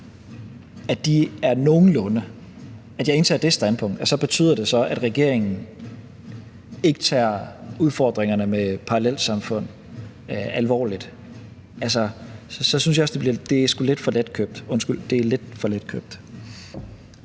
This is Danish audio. er nogenlunde – at jeg indtager det standpunkt – så betyder det, at regeringen ikke tager udfordringerne med parallelsamfund alvorligt. Det er sgu lidt for letkøbt – undskyld, det er lidt for letkøbt.